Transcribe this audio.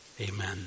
Amen